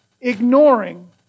ignoring